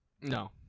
no